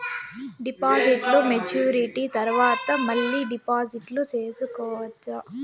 డిపాజిట్లు మెచ్యూరిటీ తర్వాత మళ్ళీ డిపాజిట్లు సేసుకోవచ్చా?